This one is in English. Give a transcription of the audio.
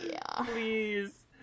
please